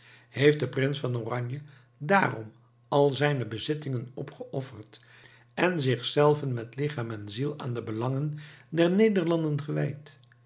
heeft de prins van oranje dààrom al zijne bezittingen opgeofferd en zichzelven met lichaam en ziel aan de belangen der nederlanden gewijd